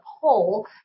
poll